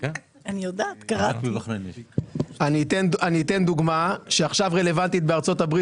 אני אתן דוגמה שעכשיו רלוונטית בארה"ב,